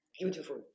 Beautiful